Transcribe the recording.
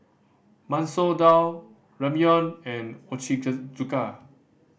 Masoor Dal Ramyeon and Ochazuke